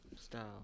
style